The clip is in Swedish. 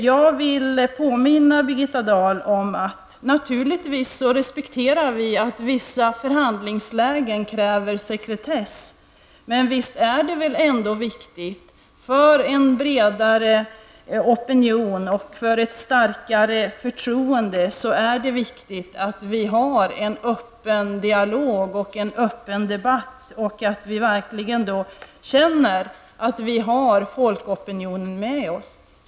Jag vill påminna Birgitta Dahl om att vi naturligtvis respekterar att vissa förhandlingslägen kräver sekretess. Men det är väl ändå viktigt för att man skall kunna skapa en bredare opinion och ett starkare förtroende att vi har en öppen dialog och debatt. Det är viktigt att vi verkligen känner att vi har folkopinionen med oss.